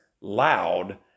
loud